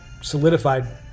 solidified